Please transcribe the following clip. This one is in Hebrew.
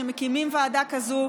כשמקימים ועדה כזאת,